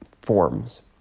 forms